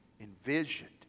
envisioned